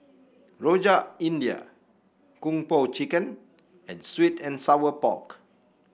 Rojak India Kung Po Chicken and sweet and Sour Pork